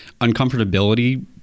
uncomfortability